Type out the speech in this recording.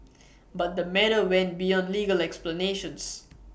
but the matter went beyond legal explanations